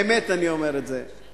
באמת אני אומר את זה.